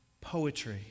poetry